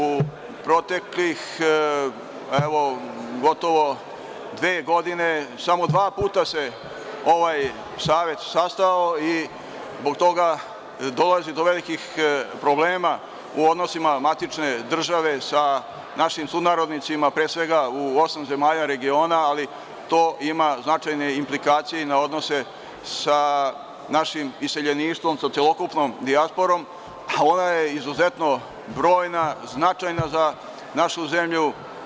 U proteklih, evo, gotovo dve godine samo dva puta se ovaj savet sastao i zbog toga dolazi do velikih problema u odnosima matične države sa našim sunarodnicima, pre svega u osam zemalja regiona, ali to ima značajne implikacije i na odnose sa našim iseljeništvom, sa celokupnom dijasporom, a ona je izuzetno brojna, značajna za našu zemlju.